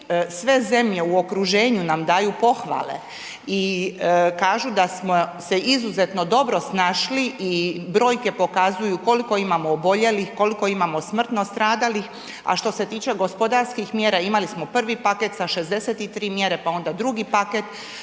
sve zemlje u okruženju nam daju pohvale i kaže da smo se izuzetno dobro snašli i brojke pokazuju koliko imamo oboljelih, koliko imamo smrtno stradalih. A što se tiče gospodarskih mjera, imali smo prvi paket sa 63 mjere, pa onda drugi paket.